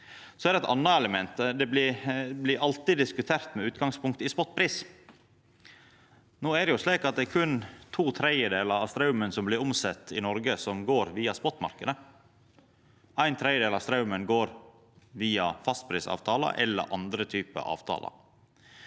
eit anna element: Det blir alltid diskutert med utgangspunkt i spotpris. No er det jo slik at det berre er to tredjedelar av straumen som blir omsett i Noreg som går via spotmarknaden. Ein tredjedel av straumen går via fastprisavtalar eller andre typar avtalar.